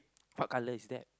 what colour is that